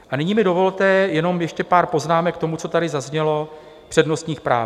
A nyní mi dovolte jenom ještě pár poznámek k tomu, co tady zaznělo v přednostních právech.